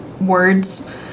words